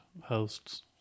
hosts